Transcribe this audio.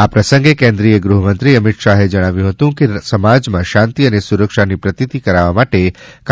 આ પ્રસંગે કેન્દ્રિય ગૃહમંત્રી અમિત શાહે જણાવ્યું હતું કે સમાજમાં શાંતિ અને સુરક્ષાની પ્રતિતિ કરાવવા માટે